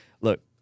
Look